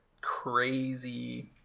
crazy